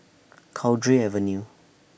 Cowdray Avenue